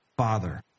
father